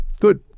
Good